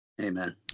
Amen